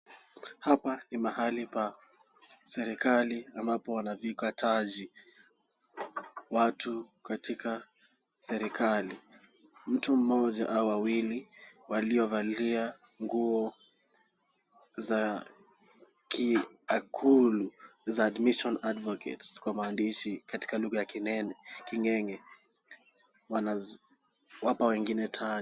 Hapa ni mahali pa serikali ambapo wanavika taji watu katika serikali. Mtu mmoja au wawili waliovalia nguo za kiakulu za admission advocates kwa maandishi katika lugha ya king'eng'e wanawapa wengine taji.